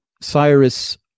Cyrus